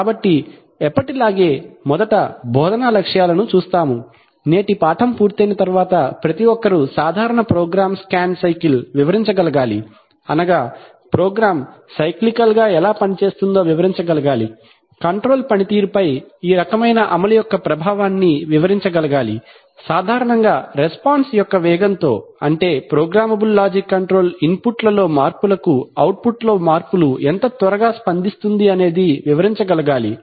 కాబట్టి ఎప్పటిలాగే మొదట బోధనా లక్ష్యాలను చూస్తాము నేటి పాఠం పూర్తయిన తర్వాత ప్రతి ఒక్కరూ సాధారణ ప్రోగ్రామ్ స్కాన్ సైకిల్ వివరించగలగాలి అనగా ప్రోగ్రామ్ సైక్లికల్ గా ఎలా పనిచేస్తుందో వివరించగలగాలి కంట్రోల్ పనితీరుపై ఈ రకమైన అమలు యొక్క ప్రభావాన్ని వివరించగలగాలి సాధారణంగా రెస్పాన్స్ యొక్క వేగంతో అంటే ప్రోగ్రామబుల్ లాజిక్ కంట్రోలర్ ఇన్పుట్ లలో మార్పులకు అవుట్పుట్ లో మార్పులు ఎంత త్వరగా స్పందిస్తుంది అనేది వివరించగలగాలి